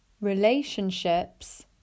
relationships